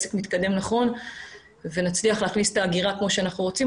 שהעסק מתקדם נכון ונצליח להכניס את האגירה כמו שאנחנו רוצים,